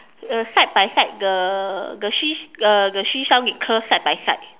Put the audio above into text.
uh side by side the the sea~ uh the seashell with her side by side